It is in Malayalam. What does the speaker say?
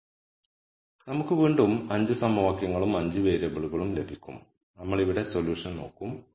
വീണ്ടും നമുക്ക് 5 സമവാക്യങ്ങളും 5 വേരിയബിളുകളും ലഭിക്കും നമ്മൾ ഇവിടെ സൊല്യൂഷൻ നോക്കും